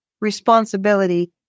responsibility